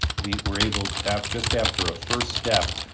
we're we're able, just after a first step,